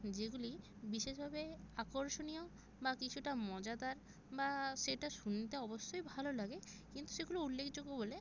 যেগুলি বিশেষভাবে আকর্ষণীয় বা কিছুটা মজাদার বা সেটা শুনতে অবশ্যই ভালো লাগে কিন্তু সেগুলো উল্লেখযোগ্য বলে